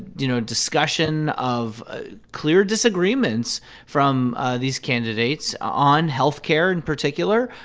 you know, discussion of ah clear disagreements from these candidates on health care in particular,